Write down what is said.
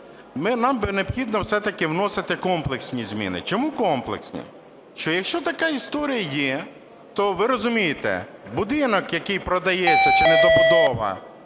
Нам необхідно все-таки вносити комплексні зміни. Чому комплексні? Що якщо така історія є, то, ви розумієте, будинок, який продається, чи недобудова